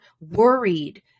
worried